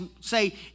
say